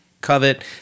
covet